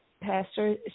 Pastor